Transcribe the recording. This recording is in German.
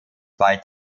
zwei